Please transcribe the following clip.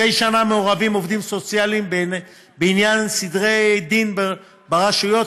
מדי שנה מעורבים עובדים סוציאליים בעניין סדרי דין ברשויות